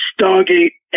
Stargate